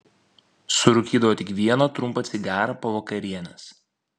surūkydavo tik vieną trumpą cigarą po vakarienės